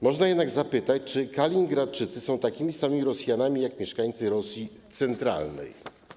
Można jednak zapytać, czy kaliningradczycy są takimi samymi Rosjanami jak mieszkańcy Rosji centralnej.